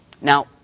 Now